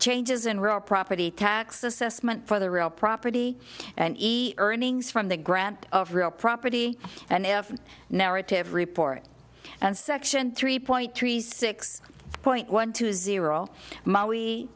changes in rural property tax assessment for the real property and e earnings from the grant of real property and of narrative report and section three point three six point one two zero molly